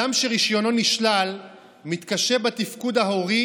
אדם שרישיונו נשלל מתקשה בתפקוד ההורי